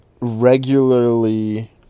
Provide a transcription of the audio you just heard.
regularly